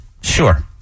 Sure